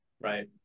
right